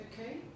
okay